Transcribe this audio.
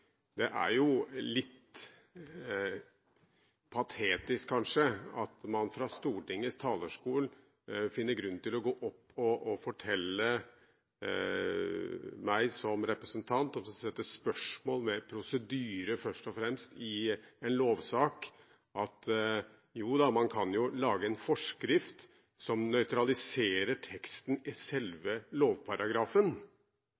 at man finner grunn til å gå opp på Stortingets talerstol og fortelle meg som representant om og stille spørsmål ved prosedyrer, først og fremst, i en lovsak – at jo da, man kan lage en forskrift som nøytraliserer teksten i